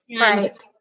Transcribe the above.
right